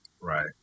Right